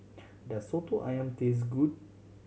does Soto Ayam taste good